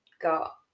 got